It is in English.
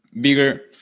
bigger